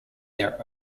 their